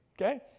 okay